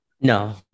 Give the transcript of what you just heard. No